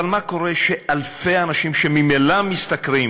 אבל מה קורה כשאלפי אנשים, שממילא משתכרים